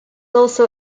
also